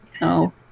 No